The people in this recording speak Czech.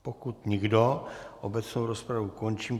Pokud nikdo, obecnou rozpravu končím.